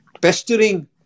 pestering